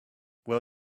well